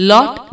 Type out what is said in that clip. Lot